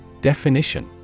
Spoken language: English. Definition